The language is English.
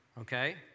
okay